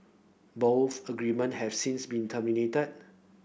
both agreement have since been